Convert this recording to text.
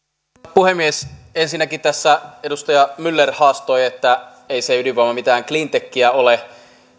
puhemies ensinnäkin tässä edustaja myller haastoi että ei se ydinvoima mitään cleantechiä ole